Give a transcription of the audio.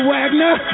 Wagner